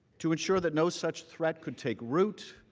to ensure that no such threat could take root,